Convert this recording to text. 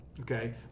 okay